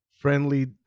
friendly